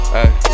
Hey